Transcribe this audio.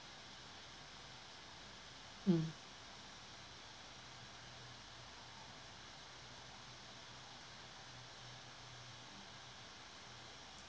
mm